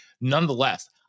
Nonetheless